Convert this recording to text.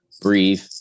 Breathe